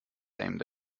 aimed